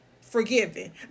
forgiven